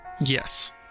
Yes